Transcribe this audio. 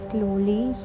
Slowly